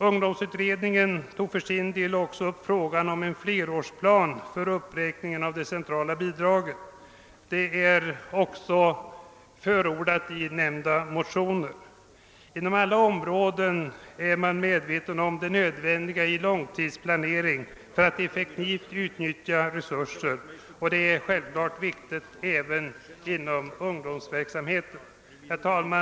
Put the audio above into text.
Ungdomsutredningen tog för sin del också upp frågan om en flerårsplan för uppräkningen av det centrala bidraget. I motionerna har en sådan flerårsplan förordats. Inom alla områden är man medveten om det nödvändiga i långtidsplanering för att man effektivt skall kunna utnyttja resurserna, och detta är självfallet viktigt även inom ungdomsverksamheten. Herr talman!